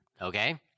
okay